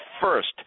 first